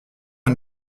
une